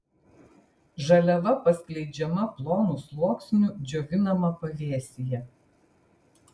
žaliava paskleidžiama plonu sluoksniu džiovinama pavėsyje